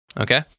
okay